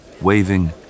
Waving